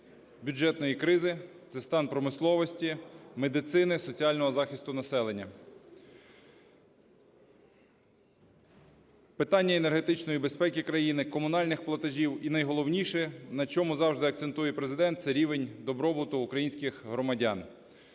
бюджетної кризи, це стан промисловості, медицини, соціального захисту населення. Питання енергетичної безпеки країни, комунальних платежів і, найголовніше, на чому завжди акцентує Президент, це рівень добробуту українських громадян.